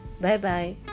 Bye-bye